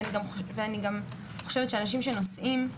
ואני גם חושבת שאנשים שנוסעים,